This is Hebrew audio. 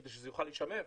כדי שזה יוכל להישמר?